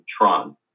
Tron